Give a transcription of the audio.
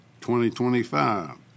2025